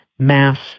mass